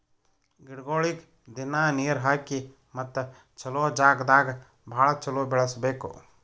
ಗಿಡಗೊಳಿಗ್ ದಿನ್ನಾ ನೀರ್ ಹಾಕಿ ಮತ್ತ ಚಲೋ ಜಾಗ್ ದಾಗ್ ಭಾಳ ಚಲೋ ಬೆಳಸಬೇಕು